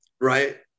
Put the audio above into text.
right